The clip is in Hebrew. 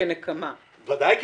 כנקמה.